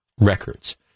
records